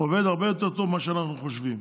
עובד הרבה יותר טוב ממה שאנחנו חושבים.